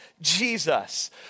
Jesus